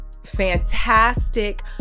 Fantastic